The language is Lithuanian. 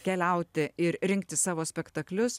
keliauti ir rinktis savo spektaklius